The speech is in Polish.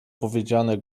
powiedziane